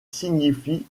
signifie